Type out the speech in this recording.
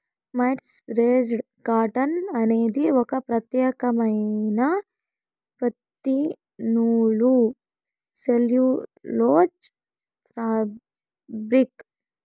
mercerised cotton అనేది ఒక ప్రత్యేకమైన పత్తి నూలు సెల్యులోజ్ ఫాబ్రిక్